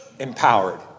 Empowered